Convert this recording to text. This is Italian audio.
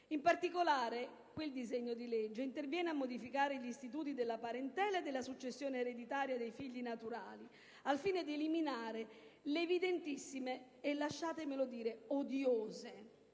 In particolare, esso interviene a modificare gli istituti della parentela e della successione ereditaria dei figli naturali al fine di eliminare le evidentissime e odiose